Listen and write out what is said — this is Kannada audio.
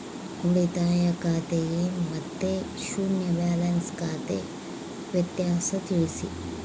ಉಳಿತಾಯ ಖಾತೆ ಮತ್ತೆ ಶೂನ್ಯ ಬ್ಯಾಲೆನ್ಸ್ ಖಾತೆ ವ್ಯತ್ಯಾಸ ತಿಳಿಸಿ?